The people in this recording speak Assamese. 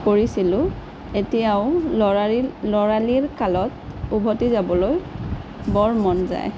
কৰিছিলোঁ এতিয়াও ল'ৰাৰিল ল'ৰালিৰ কালত উভতি যাবলৈ বৰ মন যায়